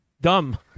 dumb